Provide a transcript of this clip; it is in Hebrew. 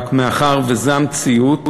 רק מאחר שזו המציאות,